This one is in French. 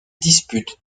dispute